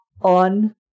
on